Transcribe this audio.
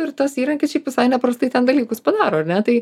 ir tas įrankis šiaip visai neprastai ten dalykus padaro ar ne tai